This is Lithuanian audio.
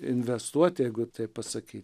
investuot jeigu taip pasakyt